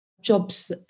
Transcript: jobs